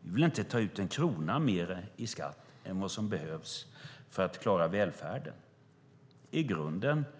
Vi vill inte ta ut en krona mer i skatt än vad som behövs för att klara välfärden. I grunden handlar det om